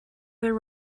there